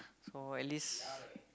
so at least